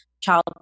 child